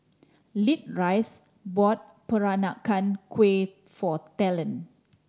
Leatrice bought Peranakan Kueh for Talen